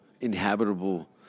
inhabitable